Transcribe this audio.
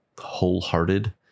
Wholehearted